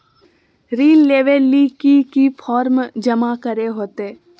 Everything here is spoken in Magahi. ऋण लेबे ले की की फॉर्म जमा करे होते?